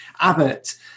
Abbott